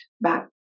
back